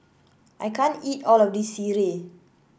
I can't eat all of this sireh